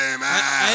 Amen